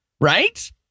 Right